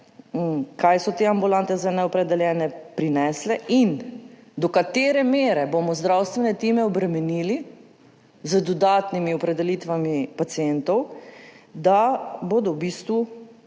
prinesle te ambulante za neopredeljene in do katere mere bomo zdravstvene time obremenili z dodatnimi opredelitvami pacientov, da bomo imeli v bistvu